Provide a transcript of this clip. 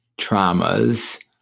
traumas